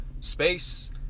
space